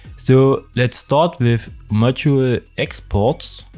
so let's start with module exports